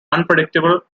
unpredictable